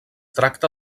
tracta